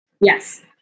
yes